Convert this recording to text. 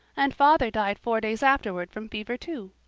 and father died four days afterwards from fever too.